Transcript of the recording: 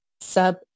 sub